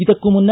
ಇದಕ್ಕೂ ಮುನ್ನ